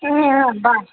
ಹ್ಞೂ ಹ್ಞೂ ಬಾ